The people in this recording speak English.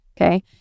okay